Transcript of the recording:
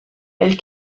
elle